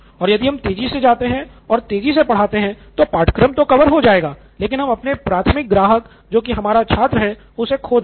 और यदि हम तेजी से जाते हैं और तेज़ी से पढ़ाते है तो पाठ्यक्रम तो कवर हो जाएगा लेकिन हम अपने प्राथमिक ग्राहक जो की हमारा छात्र है उसे खो देंगे